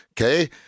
Okay